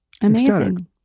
Amazing